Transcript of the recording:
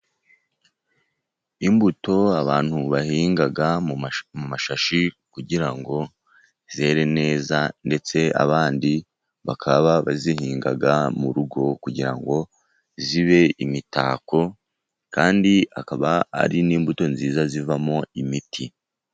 Imbuto abantu bahinga mu mashashi, kugira ngo zere neza ndetse abandi bakaba bazihinga mu rugo, kugira ngo zibe imitako kandi akaba ari n'imbuto nziza zivamo imiti.